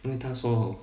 因为他说 hor